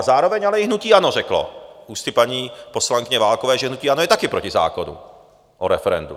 Zároveň ale i hnutí ANO řeklo ústy paní poslankyně Válkové, že je taky proti zákonu o referendu.